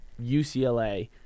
ucla